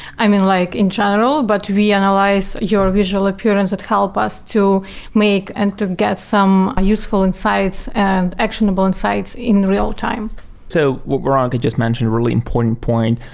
i mean, like in general, but we analyze your visualize appearance that help us to make and to get some useful insights and actionable insights in real time so what veronica just mentioned, really important point.